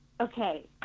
Okay